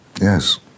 Yes